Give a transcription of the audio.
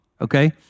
okay